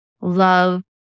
love